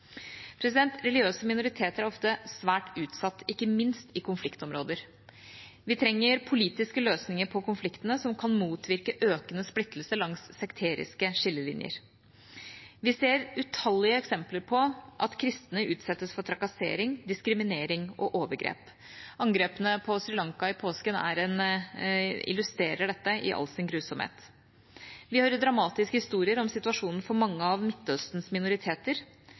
Religiøse minoriteter er ofte svært utsatt, ikke minst i konfliktområder. Vi trenger politiske løsninger på konfliktene, som kan motvirke økende splittelse langs sekteriske skillelinjer. Vi ser utallige eksempler på at kristne utsettes for trakassering, diskriminering og overgrep. Angrepene på Sri Lanka i påsken illustrerer dette i all sin grusomhet. Vi hører dramatiske historier om situasjonen for mange av Midtøstens minoriteter.